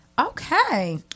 okay